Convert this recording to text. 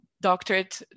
doctorate